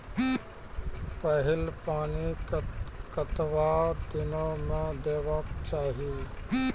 पहिल पानि कतबा दिनो म देबाक चाही?